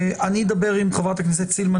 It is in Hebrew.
אני אדבר עם חברת הכנסת סילמן,